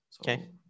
Okay